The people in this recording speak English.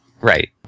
Right